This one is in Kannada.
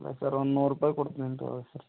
ಬೇಕಾರೆ ಒಂದು ನೂರು ರೂಪಾಯಿ ಕೊಡ್ತೀನಿ ತಗೋಳ್ಳಿ ಸರ್